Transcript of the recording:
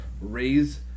raise